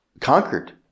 conquered